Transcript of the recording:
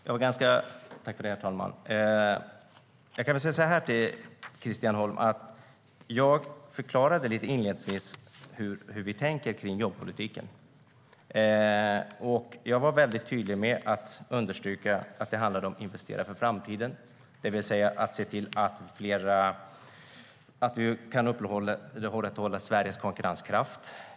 Herr talman! Jag förklarade inledningsvis lite hur vi tänker när det gäller jobbpolitiken, Christian Holm. Jag var noga med att understryka att det handlar om att investera inför framtiden, att se till att vi kan upprätthålla Sveriges konkurrenskraft.